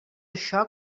això